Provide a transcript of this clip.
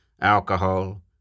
Alcohol